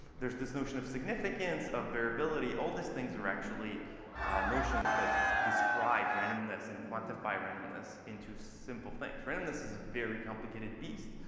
there's this notion of significance, of variability. all these things are actually notions that describe randomness and quantify randomness into simple things. randomness is a very complicated beast.